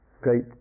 great